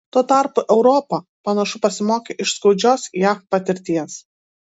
tuo tarpu europa panašu pasimokė iš skaudžios jav patirties